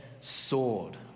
sword